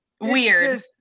weird